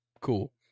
cool